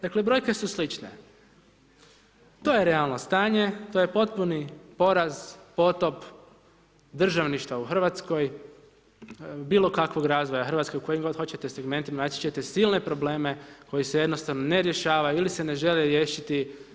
Dakle brojke su slične, to je realno stanje, to je potpuni poraz, potop državništva u Hrvatskoj, bilo kakvog razvoja Hrvatske u kojim god hoćete segmentima, naći ćete silne probleme koji se jednostavno ne rješavaju ili se ne žele riješiti.